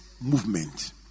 movement